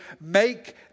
make